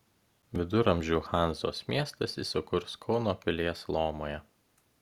viduramžių hanzos miestas įsikurs kauno pilies lomoje